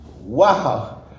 wow